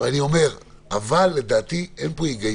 אבל לדעתי, אין פה היגיון.